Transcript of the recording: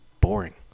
boring